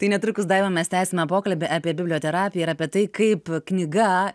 tai netrukus daiva mes tęsime pokalbį apie biblioterapiją ir apie tai kaip knyga